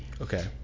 Okay